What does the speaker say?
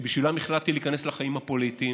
שבשבילם החלטתי להיכנס לחיים הפוליטיים,